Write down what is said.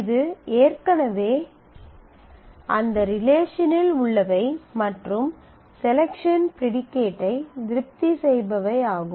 இது ஏற்கனவே அந்த ரிலேஷன் இல் உள்ளவை மற்றும் செலக்ஷன் ப்ரீடிகேட் ஐ திருப்தி செய்பவை ஆகும்